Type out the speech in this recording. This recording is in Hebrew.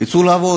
יצאו לעבוד.